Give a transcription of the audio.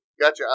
Gotcha